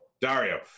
Dario